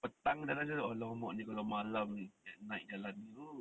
petang !alamak! ni kalau malam ni at night jalan ni oh